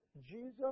Jesus